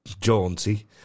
jaunty